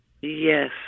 Yes